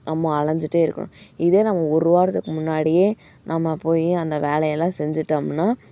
நம்ம அலைஞ்சிட்டே இருக்கணும் இதே நம்ம ஒரு வாரத்துக்கு முன்னாடியே நம்ம போய் அந்த வேலையெல்லாம் செஞ்சிவிட்டமுன்னா